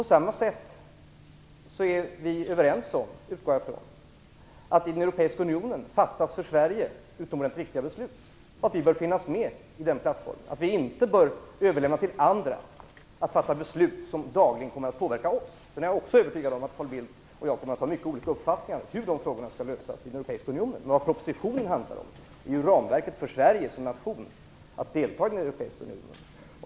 På samma sätt är vi överens om - det utgår jag ifrån - att i den europeiska unionen fattas för Sverige utomordentligt viktiga beslut och att Sverige bör finnas på den plattformen. Sverige bör inte överlämna åt andra att fatta beslut som dagligen kommer att påverka oss. Hur de frågorna skall lösas i den europeiska unionen är jag också övertygad om att Carl Bildt och jag kommer att ha mycket olika uppfattningar om. Men det som propositionen handlar om är ju ramverket för Sverige som nation när det gäller att deltaga i den europeiska unionen.